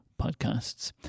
podcasts